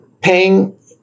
paying